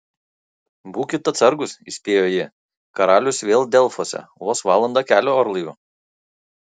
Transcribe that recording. būkit atsargūs įspėjo ji karalius vėl delfuose vos valanda kelio orlaiviu